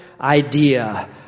idea